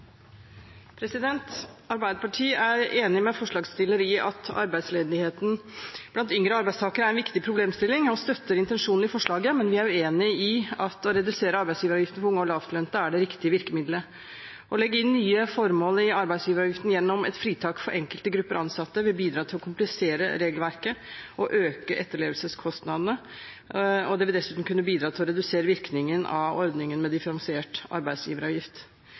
Arbeiderpartiet er enig med forslagsstilleren i at arbeidsledigheten blant yngre arbeidstakere er en viktig problemstilling, og støtter intensjonen i forslaget, men vi er uenig i at å redusere arbeidsgiveravgiften for unge og lavtlønte er det riktige virkemiddelet. Å legge inn nye formål i arbeidsgiveravgiften gjennom et fritak for enkelte grupper ansatte vil bidra til å komplisere regelverket og øke etterlevelseskostnadene. Det vil dessuten kunne bidra til å redusere virkningen av ordningen med differensiert arbeidsgiveravgift.